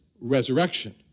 resurrection